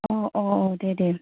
अ अ दे दे